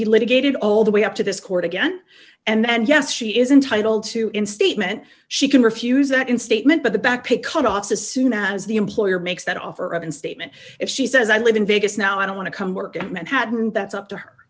be litigated all the way up to this court again and yes she is entitled to in statement she can refuse that in statement but the back to cut off as soon as the employer makes that offer and statement if she says i live in vegas now i don't want to come work at manhattan that's up to her